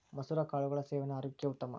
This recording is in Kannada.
ಮಸುರ ಕಾಳುಗಳ ಸೇವನೆ ಆರೋಗ್ಯಕ್ಕೆ ಉತ್ತಮ